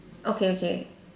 okay okay